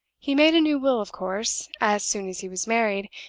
he made a new will, of course, as soon as he was married,